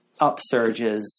upsurges